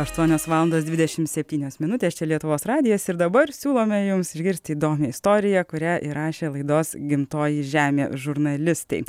aštuonios valandas dvidešim septynios minutės čia lietuvos radijas ir dabar siūlome jums išgirsti įdomią istoriją kurią įrašė laidos gimtoji žemė žurnalistai